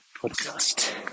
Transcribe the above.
podcast